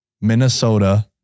Minnesota